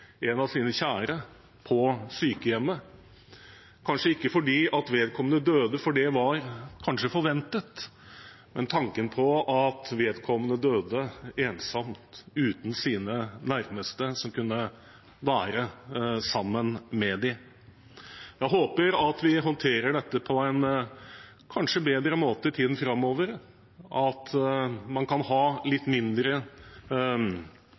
en av sine kjære på sykehjemmet – kanskje ikke fordi vedkommende døde, for det var kanskje forventet, men tanken på at vedkommende døde ensom uten sine nærmeste som kunne være sammen med dem. Jeg håper at vi håndterer dette på en bedre måte i tiden framover, at man kan ha